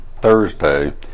Thursday